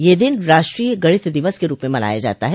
यह दिन राष्ट्रीय गणित दिवस के रूप म मनाया जाता है